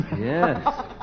Yes